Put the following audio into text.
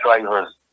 drivers